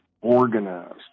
organized